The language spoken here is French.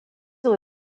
ont